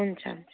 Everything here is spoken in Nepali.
हुन्छ हुन्छ